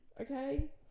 okay